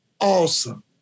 awesome